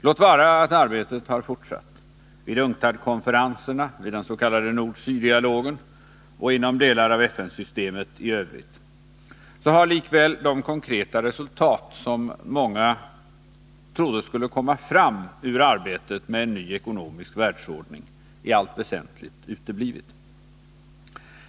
Låt vara att arbetet har fortsatt — vid UNCTAD-konferenserna, vid den s.k. nord-syddialogen och inom andra delar av FN-systemet — så har likväl de konkreta resultat som många trodde skulle komma fram ur arbetet med en ny ekonomisk världsordning i allt väsentligt uteblivit.